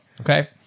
Okay